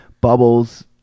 Bubbles